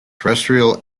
terrestrial